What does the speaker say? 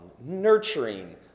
nurturing